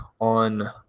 on